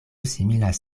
similas